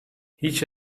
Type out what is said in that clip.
هیچ